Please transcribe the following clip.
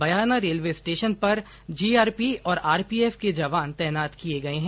बयाना railway station पर GRP और RPF के जवान तैनात किए गए हैं